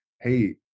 hey